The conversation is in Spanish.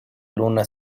luna